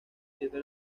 siete